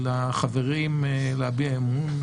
לחברים להביע אמון.